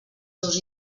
seus